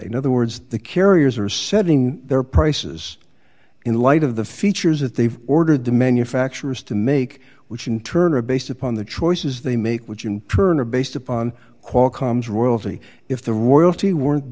know the words the carriers are setting their prices in light of the features that they've ordered the manufacturers to make which in turn are based upon the choices they make which in turn are based upon qualcomm's royalty if the royalty weren't